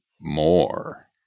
more